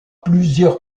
plusieurs